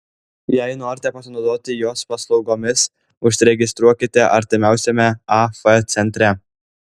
jei norite pasinaudoti jos paslaugomis užsiregistruokite artimiausiame af centre